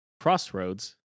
Crossroads